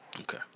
Okay